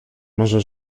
można